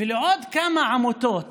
ולעוד כמה עמותות